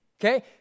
okay